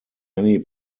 many